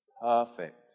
perfect